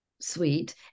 sweet